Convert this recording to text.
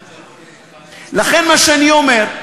לכן, מה שאני אומר,